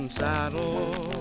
saddle